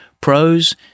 pros